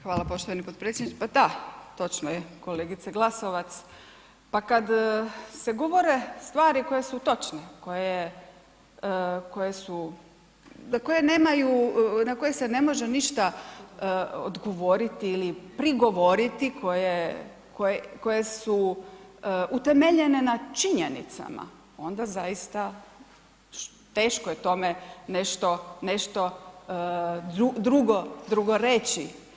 Hvala poštovani potpredsjedniče, pa da, točno je, kolegice Glasovac, pa kad se govore stvari koje su točne, koje su, koje nemaju, na koje se ne može ništa odgovoriti ili prigovoriti, koje su utemeljene na činjenicama onda zaista teško je tome nešto drugo reći.